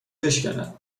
بشکند